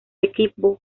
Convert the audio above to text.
equipo